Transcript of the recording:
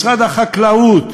משרד החקלאות,